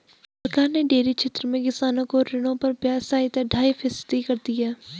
सरकार ने डेयरी क्षेत्र में किसानों को ऋणों पर ब्याज सहायता ढाई फीसदी कर दी है